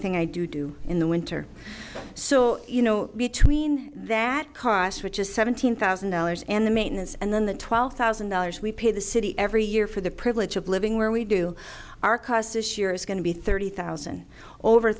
thing i do do in the winter so you know between that cost which is seventeen thousand dollars and the maintenance and then the twelve thousand dollars we pay the city every year for the privilege of living where we do our cost is sure is going to be thirty thousand over